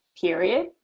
period